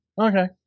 Okay